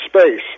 space